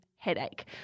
headache